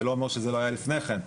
זה לא אומר שזה לא היה לפני כן,